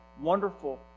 wonderful